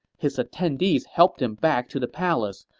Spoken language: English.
his attendees helped him back to the palace,